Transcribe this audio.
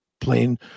plain